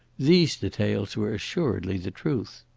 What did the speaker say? these details were assuredly the truth.